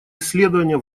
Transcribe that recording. исследования